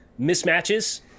mismatches